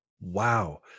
Wow